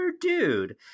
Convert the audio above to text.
dude